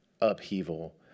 upheaval